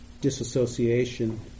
disassociation